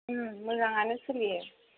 मोजाङानो सोलियो